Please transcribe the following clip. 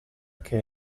che